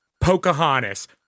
Pocahontas